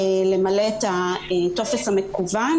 כך שיוכלו למלא את הטופס המקוון